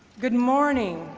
good morning.